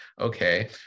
okay